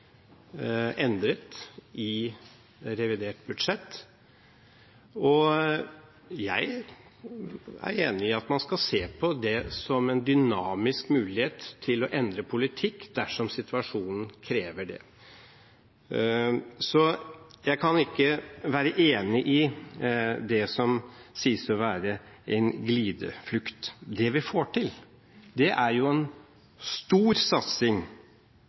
endret i revidert budsjett. Jeg er enig i at man skal se på det som en dynamisk mulighet til å endre politikk dersom situasjonen krever det. Så jeg kan ikke være enig i det som sies å være en glideflukt. Det vi får til, er en stor satsing